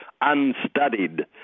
unstudied